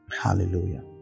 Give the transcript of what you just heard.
Hallelujah